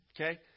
okay